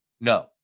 No